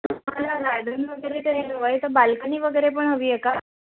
तुम्हाला गार्डन वगैरे तर बाल्कनी वगैरे पण हवी आहे का